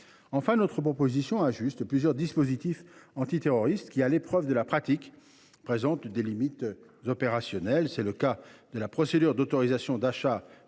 Enfin, notre proposition de loi ajuste plusieurs dispositifs antiterroristes qui, à l’épreuve de la pratique, présentent des limites opérationnelles. C’est le cas de la procédure d’autorisation d’achat